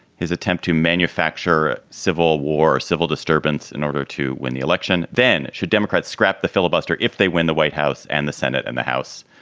his attempt to manufacture civil war or civil disturbance in order to win the election. then, should democrats scrap the filibuster if they win the white house and the senate and the house?